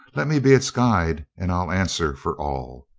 let me be its guide and i'll answer for all.